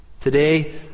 Today